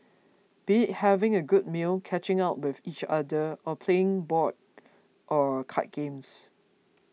be having a good meal catching up with each other or playing board or card games